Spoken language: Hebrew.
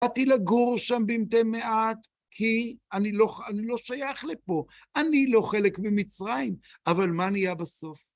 באתי לגור שם במתי מעט, כי אני לא שייך לפה, אני לא חלק ממצרים, אבל מה נהיה בסוף?